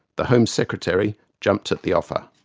the home secretary jumped at the offer.